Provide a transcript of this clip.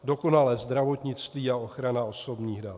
Dokonalé zdravotnictví a ochrana osobních dat.